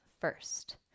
first